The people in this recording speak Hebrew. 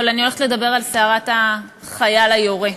אבל אני הולכת לדבר על סערת החייל היורה.